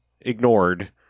ignored